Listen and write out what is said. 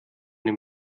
den